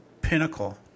pinnacle